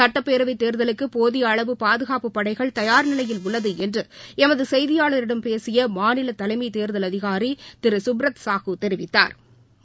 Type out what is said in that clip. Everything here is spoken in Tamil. சுட்டப்பேரவை தேர்தலுக்கு போதிய அளவு பாதுகாப்பு படைகள் தயார்நிலையில் உள்ள என்று எமது செய்தியாளரிடம் பேசிய மாநில தலைமை தேர்தல் அதிகாரி திரு சுப்ரத் சாஹு தெரிவித்தாா்